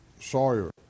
Sawyer